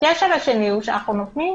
הכשל השני הוא שאנחנו נותנים